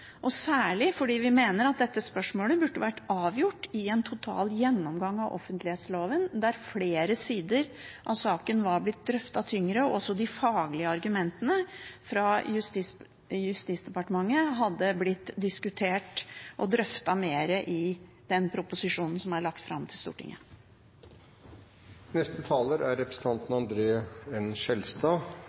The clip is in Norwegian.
og særlig fordi vi mener at dette spørsmålet burde vært avgjort ved en total gjennomgang av offentlighetsloven, der flere sider av saken var blitt drøftet tyngre, og at også de faglige argumentene fra Justisdepartementet hadde blitt diskutert og drøftet mer i den proposisjonen som er lagt fram for Stortinget. Det var for øvrig et godt innlegg av representanten Andersen. Det er